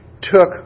took